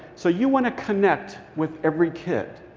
so you want to connect with every kid.